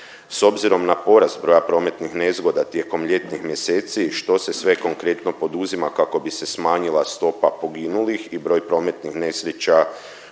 S obzirom na porast broja prometnih nezgoda tijekom ljetnih mjeseci što se sve konkretno poduzima što se sve poduzima kako bi se smanjila stopa poginulih i broj prometnih nesreća